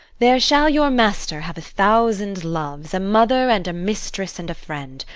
there shall your master have a thousand loves, a mother, and a mistress, and a friend,